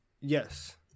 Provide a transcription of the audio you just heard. Yes